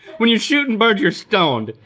when you're shootin' birds you're stoned.